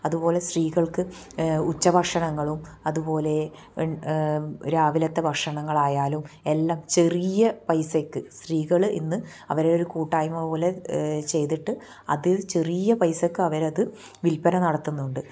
അതുപോലെ സ്ത്രീകൾക്ക് ഉച്ചഭക്ഷണങ്ങളും അതുപോലെ രാവിലത്തെ ഭക്ഷണങ്ങൾ ആയാലും എല്ലാം ചെറിയ പൈസക്ക് സ്ത്രീകൾ ഇന്ന് അവരെ ഒരു കൂട്ടായ്മ പോലെ ചെയ്തിട്ട് അത് ചെറിയ പൈസക്ക് അവരത് വിൽപന നടത്തുന്നുണ്ട്